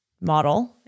model